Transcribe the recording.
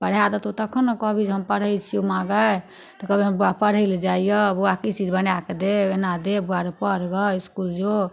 पढ़ा देतौ तखन ने कहबिही जे हम पढ़ै छियौ माँ गै तऽ कहबै हमर बौआ पढ़ै लए जाइ यऽ बौआके ई चीज बना कऽ देब एना देब बौआ रौ पढ़ गऽ इसकुल जो